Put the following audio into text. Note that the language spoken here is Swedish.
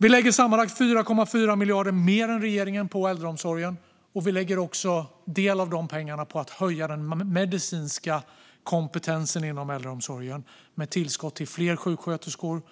Vi lägger sammanlagt 4,4 miljarder mer än regeringen på äldreomsorgen, och vi lägger en del av de pengarna på att höja den medicinska kompetensen inom äldreomsorgen med tillskott till fler sjuksköterskor,